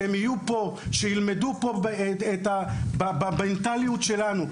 שהם יהיו פה וילמדו פה במנטליות שלנו,